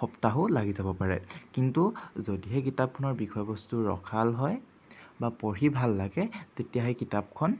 সপ্তাহো লাগি যাব পাৰে কিন্তু যদিহে কিতাপখনৰ বিষয়বস্তু ৰসাল হয় বা পঢ়ি ভাল লাগে তেতিয়া সেই কিতাপখন